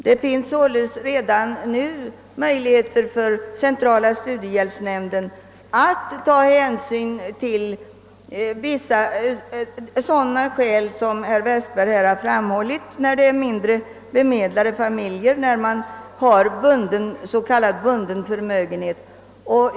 Det finns således redan nu möjlighbeter för centrala studiehjälpsnämnden att ta hänsyn till sådana skäl som herr Westberg här har framhållit — när det är fråga om mindre bemedlade familjer och när man har s.k. bunden förmögenhet.